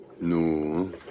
no